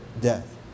death